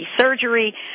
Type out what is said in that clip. surgery